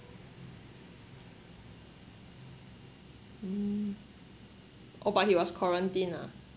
mm oh but he was quarantined ah